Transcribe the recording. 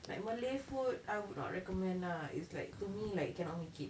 like malay food I would not recommend ah it's like to me like cannot make it